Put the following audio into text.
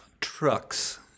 Trucks